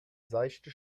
seichte